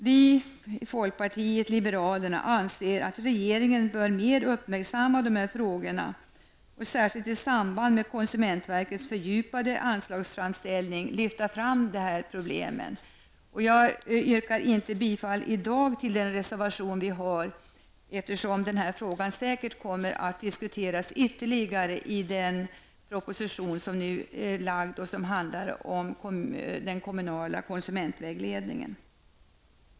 Vi i folkpartiet liberalerna anser att regeringen bör mer uppmärksamma dessa frågor och, särskilt i samband med konsumentverkets fördjupade anslagsframställning, lyfta fram dessa problem. Jag yrkar inte i dag bifall till vår reservation, eftersom denna fråga säkert kommer att diskuteras ytterligare i den proposition som nu är framlagd och som handlar om den kommunala konsumentvägledningen.